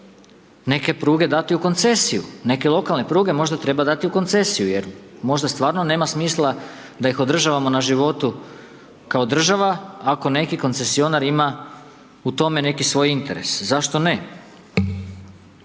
neke pruge dati u koncesiju. Neke lokalne pruge možda treba dati u koncesiju, jer možda stvarno nema smisla da ih održavamo na životu kao država, ako neki koncesionar ima u tome neki svoj interes, zašto ne.